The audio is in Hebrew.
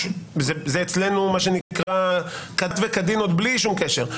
זה אצלנו כדת וכדין עוד בלי שום קשר,